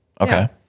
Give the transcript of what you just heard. Okay